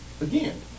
again